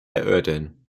erörtern